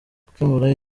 gukemura